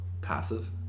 passive